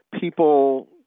People